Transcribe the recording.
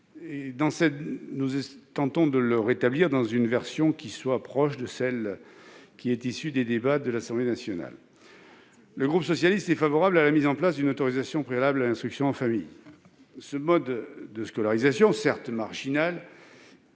vise à le rétablir dans une rédaction proche de celle qui est issue des travaux de l'Assemblée nationale. Le groupe socialiste est favorable à la mise en place d'une autorisation préalable à l'instruction en famille. Ce mode de scolarisation, certes marginal,